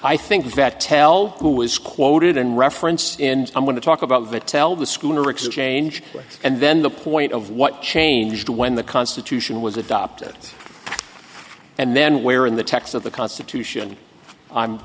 i think that tell who was quoted in reference and i'm going to talk about it tell the schooner exchange and then the point of what changed when the constitution was adopted and then where in the text of the constitution i'm